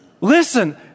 Listen